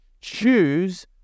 choose